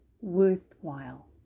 worthwhile